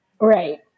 Right